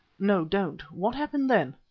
no, don't. what happened then?